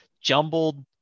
jumbled